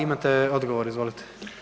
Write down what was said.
Imate odgovor, izvolite.